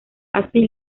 así